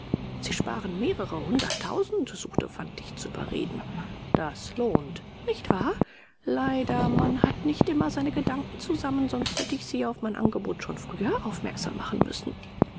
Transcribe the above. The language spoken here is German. sie sparen mehrere hunderttausend suchte fantig zu überreden das lohnt nicht wahr leider man hat nicht immer seine gedanken zusammen sonst hätte ich sie auf mein angebot schon früher aufmerksam machen müssen